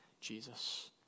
Jesus